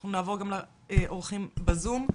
אנחנו גם לאורחים בזום.